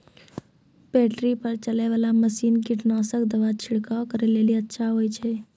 Battery पर चलै वाला मसीन कीटनासक दवा छिड़काव करै लेली अच्छा होय छै?